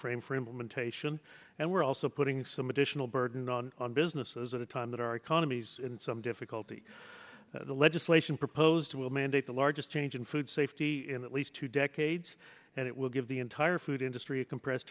frame for implementation and we're also putting some additional burden on businesses at a time that our economy's in some difficulty the legislation proposed will mandate the largest change in food safety in at least two decades and it will give the entire food industry a compressed